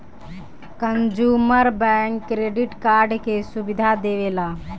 consumer bank credit card के सुविधा देवेला